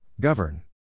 Govern